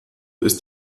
ist